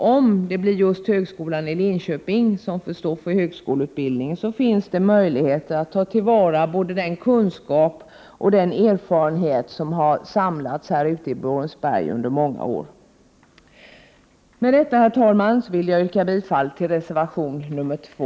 Om det blir just högskolan i Linköping som får stå för högskoleutbildningen, finns en möjlighet att ta till vara både den kunskap och den erfarenhet som har samlats i Borensberg under många år. Herr talman! Med detta vill jag yrka bifall till reservation 2.